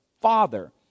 father